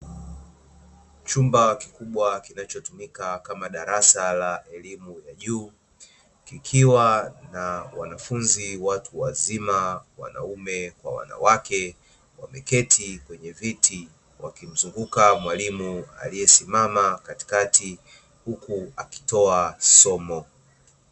Chumba kikubwa, kinachotumika kama darasa la elimu ya juu, kikiwa na wanafunzi watu wazima; wanaume kwa wanawake, wameketi kwenye viti wakimzunguka mwalimu aliyesimama katikati huku akitoa somo.